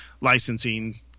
licensing